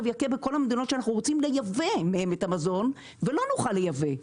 יכה בכל המדינות שאנחנו רוצים לייבא מהם את המזון ולא נוכל לייבא,